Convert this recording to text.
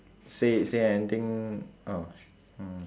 say say anything ah